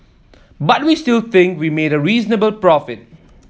but we still think we made a reasonable profit